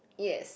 yes